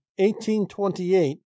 1828